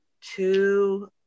two